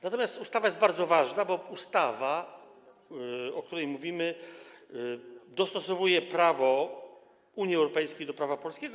Natomiast ustawa jest bardzo ważna, bo ustawa, o której mówimy, dostosowuje prawo Unii Europejskiej do prawa polskiego.